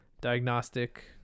diagnostic